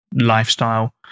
lifestyle